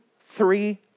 three